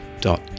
dot